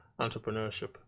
entrepreneurship